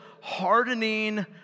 hardening